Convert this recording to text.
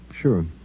sure